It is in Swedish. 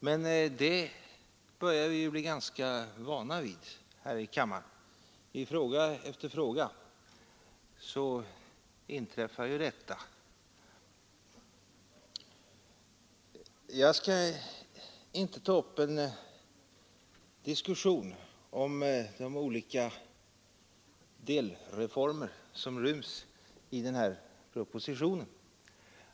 Men det börjar vi ju bli ganska vana vid här i kammaren. I fråga efter fråga inträffar detta. Jag skall inte ta upp en disussion om de olika delreformer som ryms i den här propositionen.